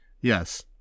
Yes